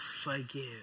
forgive